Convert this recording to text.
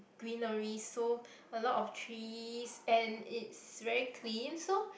greenery so a lot of trees and it's very clean so